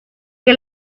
que